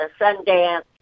Sundance